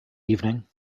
evening